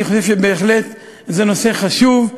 אני חושב שזה בהחלט נושא חשוב,